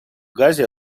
газе